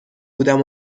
بودم